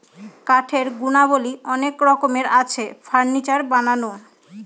কাঠের গুণাবলী অনেক রকমের আছে, ফার্নিচার বানানো